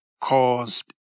caused